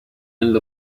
end